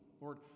Lord